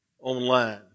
online